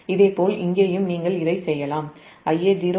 இதேபோல் இங்கேயும் நீங்கள் இதைச் செய்யலாம் Ia0 Z0 Va0 0